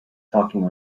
talking